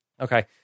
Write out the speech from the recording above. Okay